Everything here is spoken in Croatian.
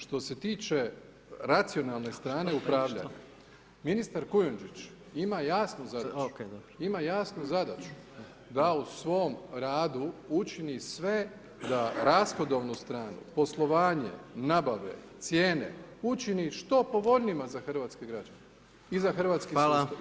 Što se tiče racionalne strane upravljanja, ministar Kujundžić, ima jasnu zadaću da u svom radu učini sve da rashodovnu stranu, poslovanje, nabave, cijene, učini što povoljnije za hrvatske građane i za hrvatski sustav.